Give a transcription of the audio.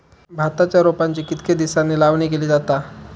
भाताच्या रोपांची कितके दिसांनी लावणी केली जाता?